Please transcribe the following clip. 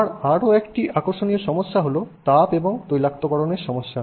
আবার আরও একটি আকর্ষণীয় সমস্যা হল তাপ এবং তৈলাক্তকরণের সমস্যা